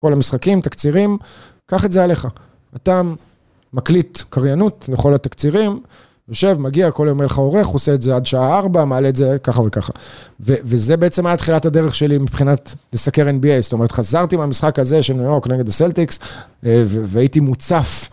כל המשחקים, תקצירים, קח את זה עליך. אתה מקליט קריינות לכל התקצירים, יושב, מגיע, כל יום יהיה לך עורך, הוא עושה את זה עד שעה 4, מעלה את זה ככה וככה. וזה בעצם היה תחילת הדרך שלי מבחינת לסקר NBA. זאת אומרת, חזרתי מהמשחק הזה של ניו יורק נגד הסלטיקס והייתי מוצף.